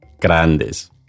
grandes